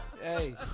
Hey